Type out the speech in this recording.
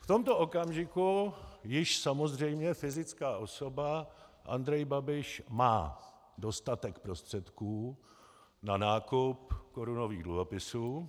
V tomto okamžiku již samozřejmě fyzická osoba Andrej Babiš má dostatek prostředků na nákup korunových dluhopisů.